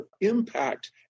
impact